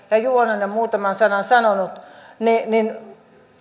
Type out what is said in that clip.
ja juvonen on muutaman sanan sanonut